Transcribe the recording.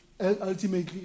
ultimately